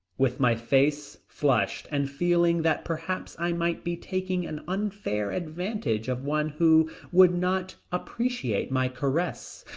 with my face flushed and feeling that perhaps i might be taking an unfair advantage of one who would not appreciate my caress,